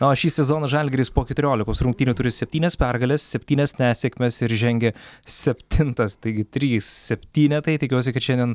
o šį sezoną žalgiris po keturiolikos rungtynių turi septynias pergales septynias nesėkmes ir žengia septintas taigi trys septynetai tikiuosi kad šiandien